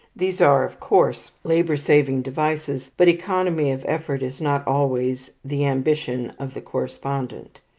these are, of course, labour-saving devices, but economy of effort is not always the ambition of the correspondent.